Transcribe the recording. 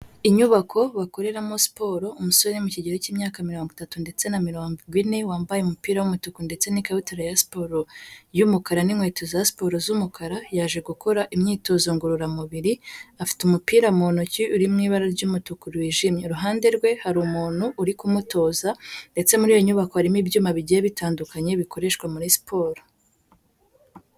Inyubako bakoreramo siporo, umusore uri mu kigero cy'imyaka mirongo itatu ndetse na mirongo ine wambaye umupira w'umutuku ndetse n'ikabutura ya siporo y'umukara n'inkweto za siporo z'umukara, yaje gukora imyitozo ngororamubiri, afite umupira mu ntoki uri mu ibara ry'umutuku wijimye Iruhande rwe hari umuntu uri kumutoza, ndetse muri iyo nyubako harimo ibyuma bigiye bitandukanye bikoreshwa muri siporo.